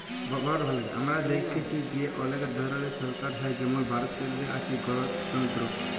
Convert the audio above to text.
আমরা দ্যাইখছি যে অলেক ধরলের সরকার হ্যয় যেমল ভারতেল্লে আছে গলতল্ত্র